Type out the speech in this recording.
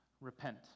Repent